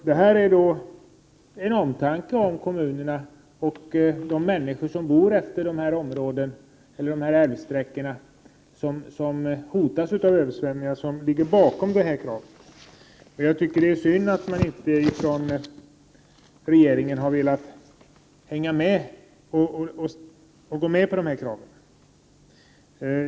Det är omtanke om kommunerna och de människor som Prot. 1988/89:125 bor utefter de älvsträckor som hotas av översvämningar som ligger bakom 31 maj 1989 årt krav. Jag tycker att det ä d att i inte hi lat hä d GE DE vårt krav. Jag tycker a jet ar synd att regeringen inte har velat hänga me Vissada äkarkets och gå med på kraven.